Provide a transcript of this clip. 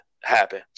happen